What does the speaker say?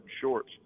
shorts